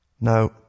Now